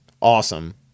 awesome